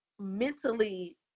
mentally